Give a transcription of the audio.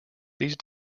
these